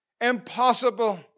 impossible